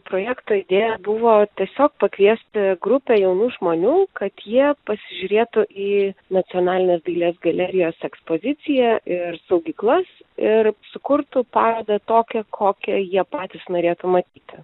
projekto idėja buvo tiesiog pakviesti grupę jaunų žmonių kad jie pasižiūrėtų į nacionalinės dailės galerijos ekspoziciją ir saugyklas ir sukurtų parodą tokią kokią jie patys norėtų matyti